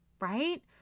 Right